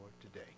today